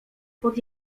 pod